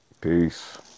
Peace